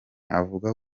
avuga